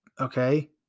Okay